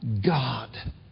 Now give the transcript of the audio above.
God